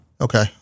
Okay